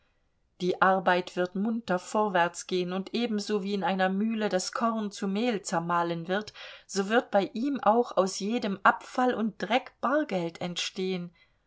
die arbeit wird munter vorwärtsgehen und ebenso wie in einer mühle das korn zu mehl zermahlen wird so wird bei ihm auch aus jedem abfall und dreck bargeld entstehen